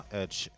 edge